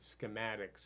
schematics